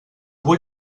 vull